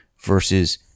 versus